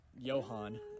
Johan